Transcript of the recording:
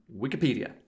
Wikipedia